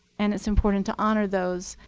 and it's important to honor those.